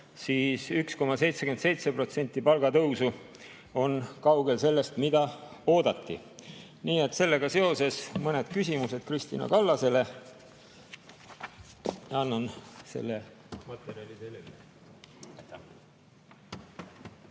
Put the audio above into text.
siis 1,77% palgatõusu on kaugel sellest, mida oodati. Nii et sellega seoses mõned küsimused Kristina Kallasele. Annan selle materjali üle.